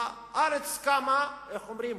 איך אומרים?